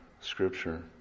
Scripture